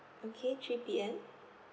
okay three P_M